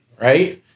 Right